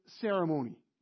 ceremony